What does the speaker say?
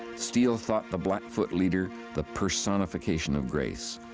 steele thought the blackfoot leader the personification of grace.